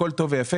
הכל טוב ויפה,